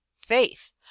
Faith